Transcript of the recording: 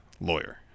lawyer